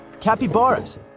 capybaras